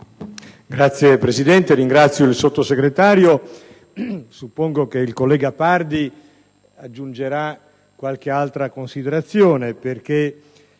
Signor Presidente, ringrazio il Sottosegretario. Presumo che il collega Pardi aggiungerà qualche altra considerazione, perché